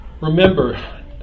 Remember